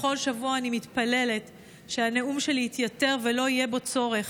בכל שבוע אני מתפללת שהנאום שלי יתייתר ולא יהיה בו צורך,